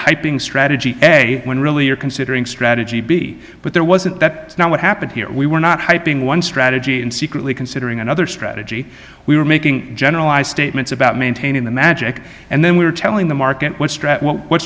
hyping strategy when really are considering strategy b but there wasn't that now what happened here we were not hyping one strategy and secretly considering another strategy we were making generalized statements about maintaining the magic and then we were telling the market what